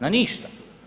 Na ništa.